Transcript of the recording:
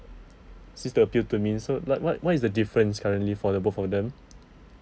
seems to appeal to me so what what what is the difference currently for the both of them